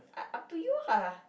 up up to you ah